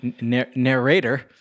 narrator